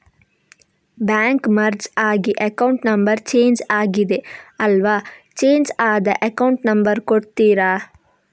Bank merge ಆಗಿ account number change ಆಗಿದೆ ಅಲ್ವಾ, ಚೇಂಜ್ ಆದ ಅಕೌಂಟ್ ನಂಬರ್ ಕೊಡ್ತೀರಾ?